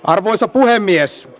arvoisa puhemies